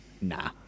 nah